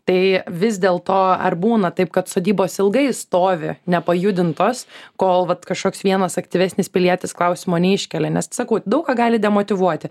tai vis dėl to ar būna taip kad sodybos ilgai stovi nepajudintos kol vat kažkoks vienas aktyvesnis pilietis klausimo neiškelia nes sakau daug ką gali demotyvuoti